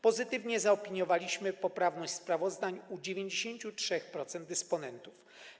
Pozytywnie zaopiniowaliśmy poprawność sprawozdań u 93% dysponentów.